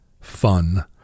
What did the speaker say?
fun